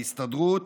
ההסתדרות